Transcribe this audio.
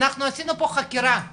אנחנו עשינו פה חקירת יהדות,